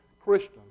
Christian